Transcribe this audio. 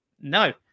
No